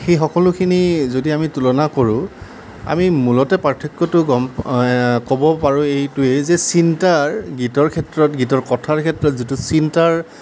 সেই সকলোখিনি যদি আমি তুলনা কৰোঁ আমি মূলতে পাৰ্থক্যটো গম ক'ব পাৰোঁ এইটোৱে যে চিন্তাৰ গীতৰ ক্ষেত্ৰত গীতৰ কথাৰ ক্ষেত্ৰত যিটো চিন্তাৰ